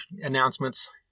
announcements